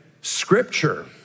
Scripture